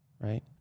Right